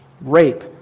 rape